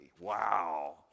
wow